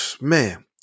Man